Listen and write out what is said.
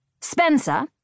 Spencer